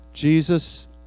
Jesus